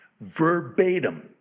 verbatim